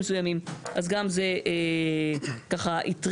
מי נגד?‬‬‬‬‬‬‬‬‬‬‬‬‬‬‬ הצבעה בעד 3 נגד